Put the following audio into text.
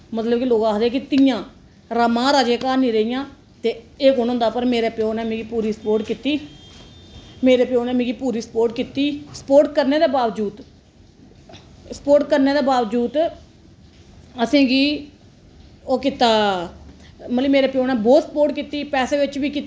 मतलब कि लोक आखदे कि धियां महाराजें दे घर निं रेहियां ते एह् कु'न होंदा पर मेरे प्यो ने मिगी पूरी सपोर्ट कीती मेरे प्यो ने मिगी पूरी सपोर्ट कीती सपोर्ट करने दे बावजूद सपोर्ट करने दे बावजूद असेंगी ओह् कीता मतलब कि मेरे प्यो ने मिगी बौह्त सपोर्ट कीती पैसे बिच्च बी कीती